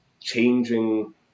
changing